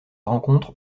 rencontre